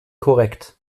korrekt